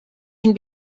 can